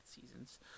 seasons